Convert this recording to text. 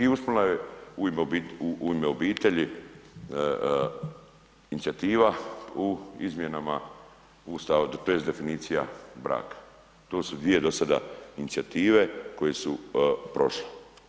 I … je „U ime obitelji“ inicijativa u izmjenama Ustava tj. definicija braka, to su dvije do sada inicijative koje su prošle.